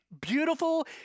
beautiful